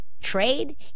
trade